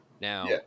Now